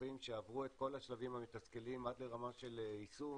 פיתוחים שעברו את כל השלבים המתסכלים עד לרמה של יישום